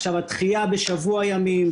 עכשיו הדחייה בשבוע ימים,